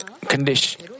condition